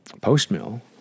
post-mill